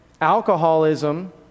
alcoholism